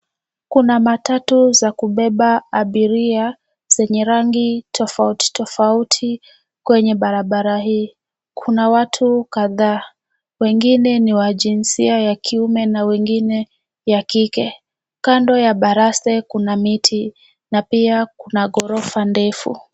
Kuna matatu za kubeba abiria zenye rangi tofauti tofauti kwenye barabara hii. Kuna watu kadhaa, wengine ni wa jinsia ya kiume na wengine ya kike. Kando ya baraste kuna miti na pia kuna ghorofa ndefu.